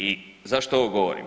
I zašto ovo govorim?